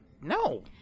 No